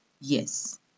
Yes